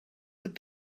would